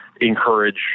encourage